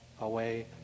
away